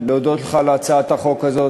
להודות לך על הצעת החוק הזאת.